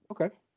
okay